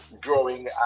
growing